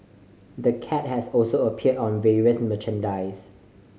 the cat has also appeared on various merchandise